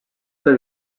per